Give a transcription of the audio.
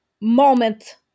moment